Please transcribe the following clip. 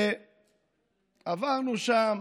עברנו שם